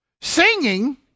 Singing